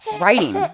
writing